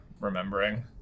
remembering